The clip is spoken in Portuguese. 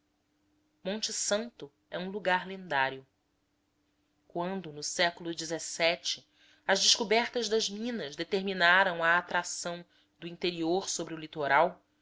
monte santo é um lugar lendário quando no século xvii as descobertas das minas determinaram a atração do interior sobre o litoral